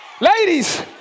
Ladies